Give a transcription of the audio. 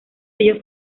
ellos